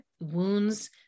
wounds